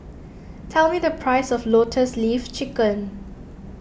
tell me the price of Lotus Leaf Chicken